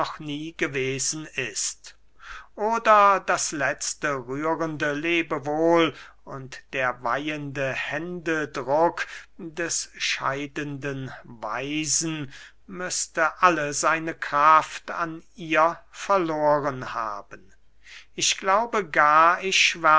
nie gewesen ist oder das letzte rührende lebewohl und der weihende händedruck des scheidenden weisen müßte alle seine kraft an ihr verloren haben ich glaube gar